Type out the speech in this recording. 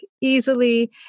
easily